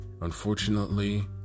Unfortunately